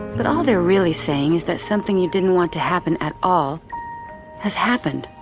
but all they're really saying is that something you didn't want to happen at all has happened